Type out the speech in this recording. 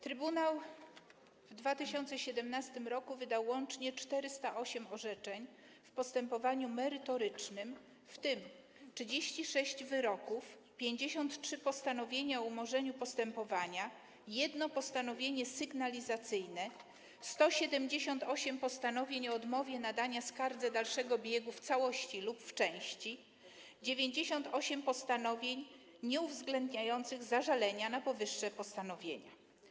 Trybunał w 2017 r. wydał łącznie 408 orzeczeń w postępowaniu merytorycznym, w tym 36 wyroków, 53 postanowienia o umorzeniu postępowania, jedno postanowienie sygnalizacyjne, 178 postanowień o odmowie nadania skardze dalszego biegu w całości lub w części, 98 postanowień nieuwzględniających zażalenia na powyższe postanowienia.